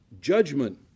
judgment